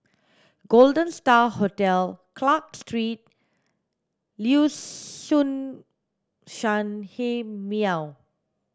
Golden Star Hotel Clarke Street Liuxun Sanhemiao